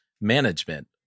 management